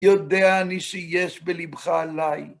יודע אני שיש בלבך עליי.